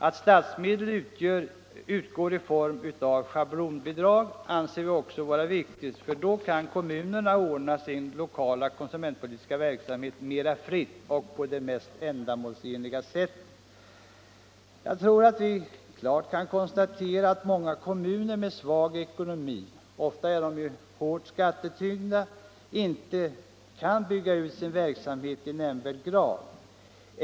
Att statsmedel utgår i form av schablonbidrag anser vi också vara riktigt, för då kan kommunerna ordna sin lokala konsumentpolitiska verksamhet mera fritt och på det mest ändamålsenliga sättet. Jag tror att vi klart kan konstatera att många kommuner med svag ekonomi, ofta hårt skattetyngda, inte kan bygga ut sin verksamhet i nämnvärd grad.